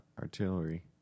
artillery